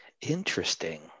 interesting